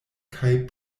kaj